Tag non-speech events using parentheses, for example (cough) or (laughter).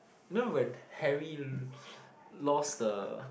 you know when Harry (noise) lost the